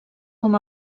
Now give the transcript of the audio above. com